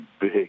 big